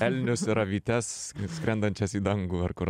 elnius ir avytes skrendančias į dangų ar kur